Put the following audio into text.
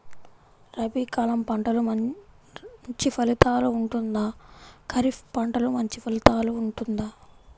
రబీ కాలం పంటలు మంచి ఫలితాలు ఉంటుందా? ఖరీఫ్ పంటలు మంచి ఫలితాలు ఉంటుందా?